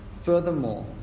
Furthermore